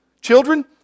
Children